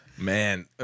Man